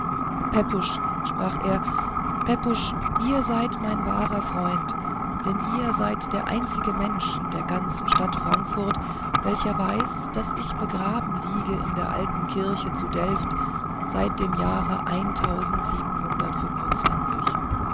pepusch sprach er pepusch ihr seid mein wahrer freund denn ihr seid der einzige mensch in der ganzen stadt frankfurt welcher weiß daß ich begraben liege in der alten kirche zu delft seit dem jahre